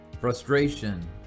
frustration